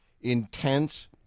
intense